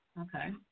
Okay